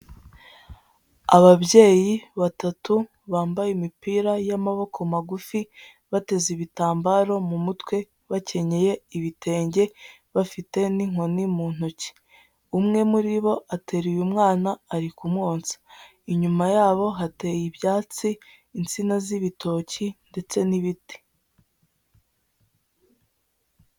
Ababyeyi batatu bambaye imipira y'amaboko magufi, bateze ibitambaro mu mutwe, bakenyeye ibitenge, bafite n'inkoni mu ntoki. Umwe muri bo ateruye umwana ari kumwonsa. Inyuma yabo hateye ibyatsi, insina z'ibitoki ndetse n'ibiti.